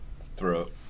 throat